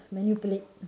manipulate